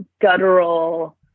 guttural